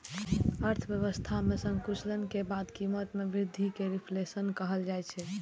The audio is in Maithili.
अर्थव्यवस्था मे संकुचन के बाद कीमत मे वृद्धि कें रिफ्लेशन कहल जाइ छै